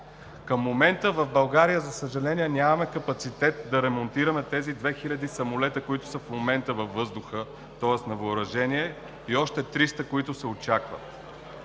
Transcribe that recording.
Към момента в България, за съжаление, нямаме капацитет да ремонтираме тези 2000 самолета, които в момента са на въоръжение във въздуха, и още 300, които се очакват.